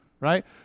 Right